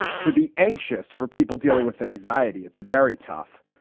for the anxious, for people dealing with anxiety, it's very tough,